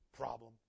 Problem